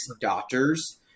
doctors